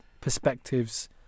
perspectives